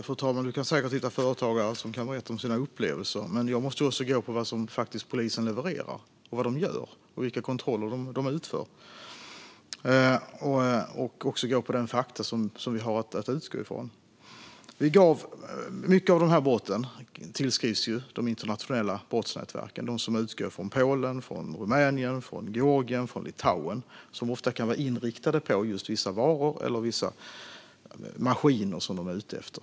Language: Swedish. Fru talman! Man kan säkert hitta företagare som kan berätta om sina upplevelser. Men jag måste också gå på vad polisen levererar och gör och vilka kontroller de utför. Jag måste även gå på de fakta som vi har att utgå från. Många av dessa brott tillskrivs de internationella brottsnätverken, som utgår från Polen, Rumänien, Georgien och Litauen. De kan ofta vara inriktade på vissa varor eller vissa maskiner som de är ute efter.